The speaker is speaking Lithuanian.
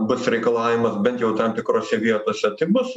bus reikalavimas bent jau tam tikrose vietose bus